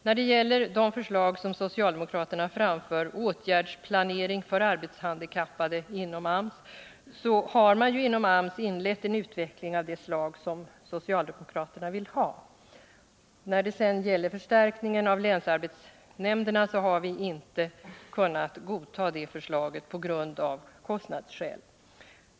När det gäller de förslag som socialdemokraterna framför — åtgärdsplaneringen för arbetshandikappade — har man inom AMS inlett en utveckling av den art som socialdemokraterna vill ha. När det gäller förstärkning av länsarbetsnämnderna har vi inte kunnat godta förslaget av kostnadsskäl.